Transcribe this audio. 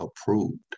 approved